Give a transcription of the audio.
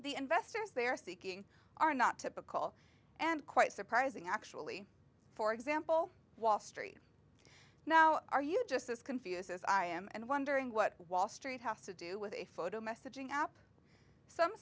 the investors they're seeking are not typical and quite surprising actually for example wall street now are you just as confused as i am and wondering what wall street has to do with a photo messaging app some